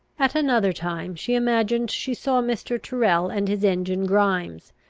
at another time she imagined she saw mr. tyrrel and his engine grimes,